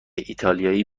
ایتالیایی